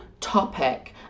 topic